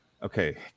Okay